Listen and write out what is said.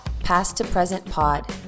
PastToPresentPod